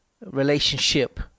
relationship